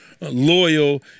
loyal